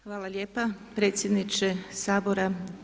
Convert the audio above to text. Hvala lijepa predsjedniče Sabora.